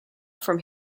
from